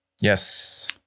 Yes